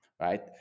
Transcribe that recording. right